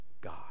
God